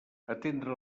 atendre